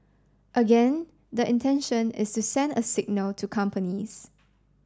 again the intention is to send a signal to companies